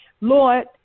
Lord